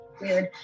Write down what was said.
weird